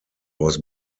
was